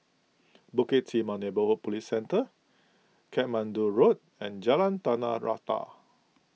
Bukit Timah Neighbourhood Police Centre Katmandu Road and Jalan Tanah Rata